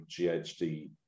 GHD